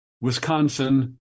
Wisconsin—